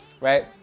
right